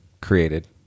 created